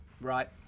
right